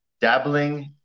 dabbling